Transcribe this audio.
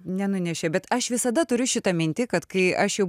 nenunešė bet aš visada turiu šitą mintį kad kai aš jau